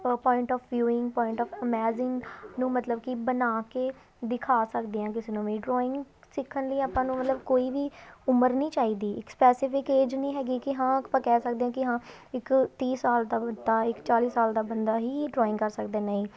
ਪ point of viewing point of imaging ਨੂੰ ਮਤਲਵ ਕਿ ਬਣਾ ਕੇ ਦਿਖਾ ਸਕਦੇ ਹਾਂ ਕਿਸੇ ਨੂੰ ਵੀ ਡਰੋਇੰਗ ਸਿੱਖਣ ਲਈ ਆਪਾਂ ਨੂੰ ਮਤਲਬ ਕੋਈ ਵੀ ਉਮਰ ਨਹੀਂ ਚਾਹੀਦੀ ਇੱਕ ਸਪੈਸੀਫਿਕ ਏਜ ਨਹੀਂ ਹੈਗੀ ਕਿ ਹਾਂ ਆਪਾਂ ਕਹਿ ਸਕਦੇ ਹਾਂ ਕਿ ਹਾਂ ਇੱਕ ਤੀਹ ਸਾਲ ਦਾ ਬੰਦਾ ਇੱਕ ਚਾਲੀ ਸਾਲ ਦਾ ਬੰਦਾ ਹੀ ਡਰੋਇੰਗ ਕਰ ਸਕਦਾ ਨਹੀਂ